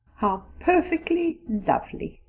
how perfectly lovely!